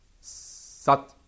SAT